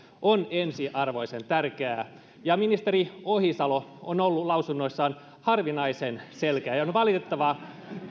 on ensiarvoisen tärkeää ministeri ohisalo on ollut lausunnoissaan harvinaisen selkeä ja on valitettavaa